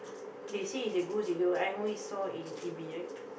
they say is a ghost if you I only saw in T_V right